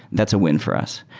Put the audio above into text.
that's a win for us.